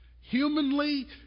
humanly